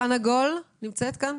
חנה גול בבקשה.